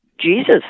Jesus